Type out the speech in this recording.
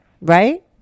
right